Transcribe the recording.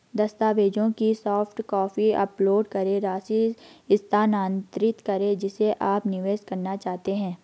दस्तावेजों की soft copy upload करें, राशि स्थानांतरित करें जिसे आप निवेश करना चाहते हैं